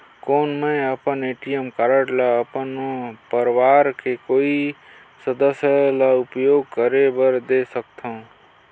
कौन मैं अपन ए.टी.एम कारड ल अपन परवार के कोई सदस्य ल उपयोग करे बर दे सकथव?